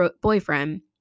boyfriend